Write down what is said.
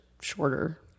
shorter